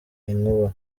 inkuba